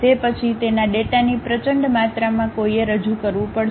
તે પછી તેના ડેટાની પ્રચંડ માત્રામાં કોઈએ રજૂ કરવું પડશે